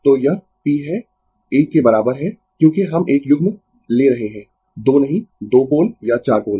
तो यह p है 1 के बराबर है क्योंकि हम एक युग्म ले रहे है 2 नहीं 2 पोल या 4 पोल